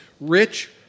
rich